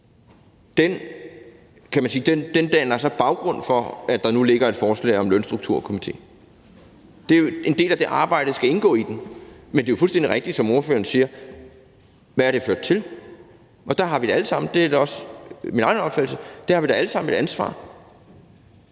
danner så baggrund for, at der nu ligger et forslag om en lønstrukturkomité. Det er jo en del af det arbejde, der skal indgå i den. Men det er jo fuldstændig rigtigt, når ordføreren spørger: Hvad har det ført til? Og der har vi da alle sammen et ansvar